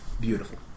beautiful